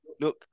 Look